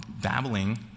babbling